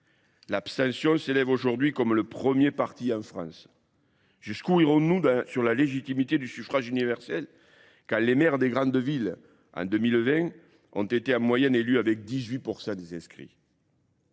L'abstention s'élève aujourd'hui comme le premier parti en France. Jusqu'où irons-nous sur la légitimité du suffrage universel, quand les maires des grandes villes, en 2020, ont été en moyenne élus avec 18% des inscrits ?